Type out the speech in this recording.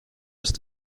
ist